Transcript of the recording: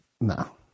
No